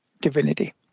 divinity